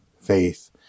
faith